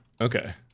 Okay